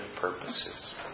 purposes